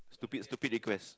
stupid stupid request